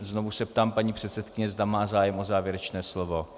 Znovu se ptám paní předsedkyně, zda má zájem o závěrečné slovo.